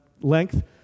length